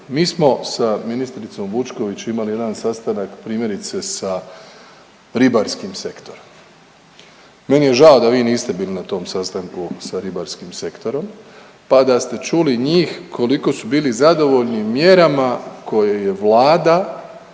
Mi smo sa ministricom Vučković imali jedan sastanak primjerice sa ribarskim sektorom. Meni je žao da vi niste bili na tom sastanku sa ribarskim sektorom pa da ste čuli njih koliko su bili zadovoljni mjerama koje je vlada